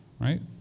right